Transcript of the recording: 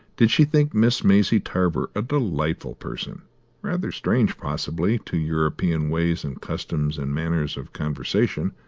did she think miss maisie tarver a delightful person rather strange, possibly, to european ways and customs and manner of conversation,